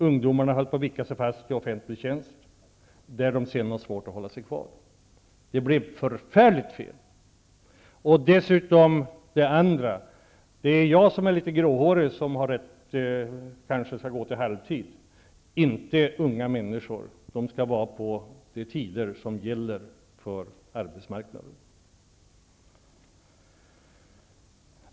Ungdomarna höll på att ''vicka'' sig fast i offentlig tjänst, där de sedan hade svårt att hålla sig kvar. Det blev förfärligt fel. Det är jag som är litet gråhårig som kanske skall övergå till halvtid, inte unga människor. De skall arbeta de tider som gäller för arbetsmarknaden.